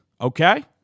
okay